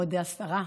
כבוד השרה,